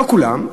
לא כולם,